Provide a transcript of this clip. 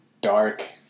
dark